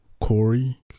Corey